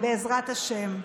בעזרת השם.